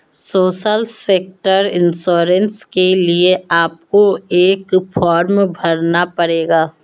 social sector insurance के लिए आपको एक फॉर्म भरना पड़ेगा